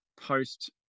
post